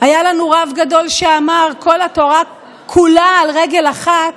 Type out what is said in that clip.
היה לנו רב גדול שאמר: כל התורה כולה על רגל אחת: